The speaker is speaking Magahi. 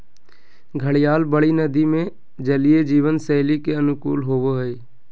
घड़ियाल बड़ी नदि में जलीय जीवन शैली के अनुकूल होबो हइ